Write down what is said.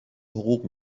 حقوق